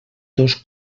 dos